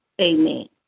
Amen